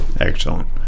Excellent